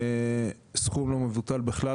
סכום לא מבוטל בכלל,